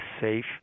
safe